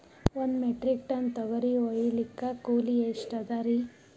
ಒಂದ್ metric ton ತೊಗರಿ ಹೋಯಿಲಿಕ್ಕ ಕೂಲಿ ಎಷ್ಟ ಅದರೀ?